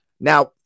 Now